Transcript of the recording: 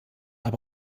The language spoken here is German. aber